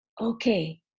okay